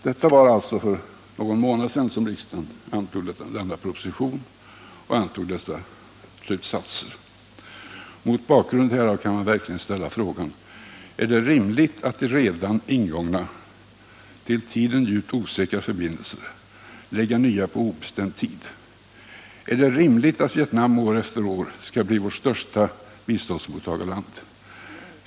Det var alltså för någon månad sedan som riksdagen godkände denna proposition och dessa slutsatser. Mot bakgrund härav kan man verkligen ställa frågan: Är det rimligt att till de redan ingångna, till tiden djupt osäkra förbindelserna, lägga nya på obestämd tid? Är det rimligt att Vietnam år efter år skall bli vårt största biståndsmottagarland?